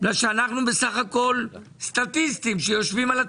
כי אנחנו סטטיסטיים שיושבים על הטריבונה.